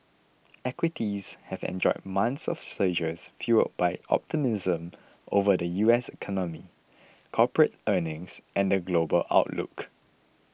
equities have enjoyed months of surges fuelled by optimism over the U S economy corporate earnings and the global outlook